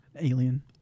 Alien